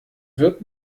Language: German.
wird